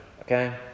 okay